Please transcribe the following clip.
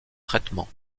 traitement